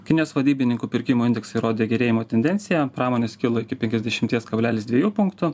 kinijos vadybininkų pirkimo indeksai rodė gerėjimo tendenciją pramonės kilo iki penkiasdešimties kablelis dviejų punktų